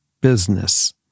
business